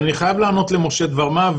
אבל אני חייב לענות למשה דבר מה,